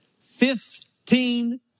Fifteen